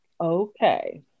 okay